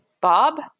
Bob